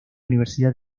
universidad